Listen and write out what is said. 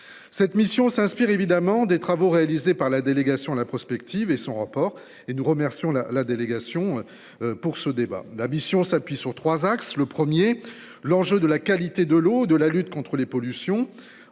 Cette mission s'inspire évidemment des travaux réalisés par la délégation à la prospective et son rapport et nous remercions la, la délégation. Pour ce débat. La mission s'appuie sur 3 axes, le premier, l'enjeu de la qualité de l'eau de la lutte contre les pollutions